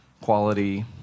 quality